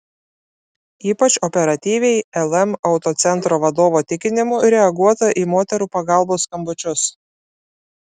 ypač operatyviai lm autocentro vadovo tikinimu reaguota į moterų pagalbos skambučius